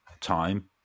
time